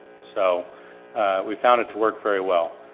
so we found it to work very well.